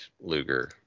Luger